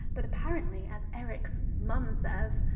but apparently as eric's mum says,